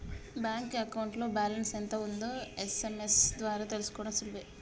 bank అకౌంట్లో balance ఎంత ఉందో ఎస్.ఎం.ఎస్ ద్వారా తెలుసుకోడం సులువే